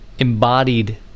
Embodied